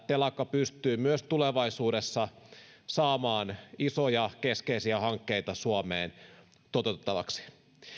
telakka pystyy myös tulevaisuudessa saamaan isoja keskeisiä hankkeita suomeen toteutettavaksi